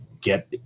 get